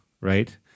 right